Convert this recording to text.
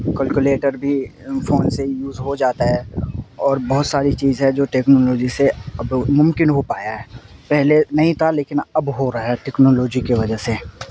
calculator بھی phone سے use ہو جاتا ہے اور بہت ساری چیز ہے جو ٹیکنالوجی سے اب ممکن ہو پایا ہے پہلے نہیں تھا لیکن اب ہو رہا ہے ٹیکنالوجی کے وجہ سے